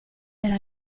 era